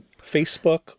Facebook